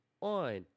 on